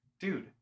Dude